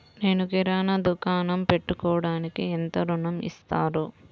నేను కిరాణా దుకాణం పెట్టుకోడానికి ఎంత ఋణం ఇస్తారు?